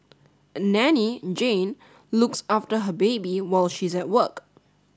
a nanny Jane looks after her baby while she's at work